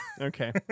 okay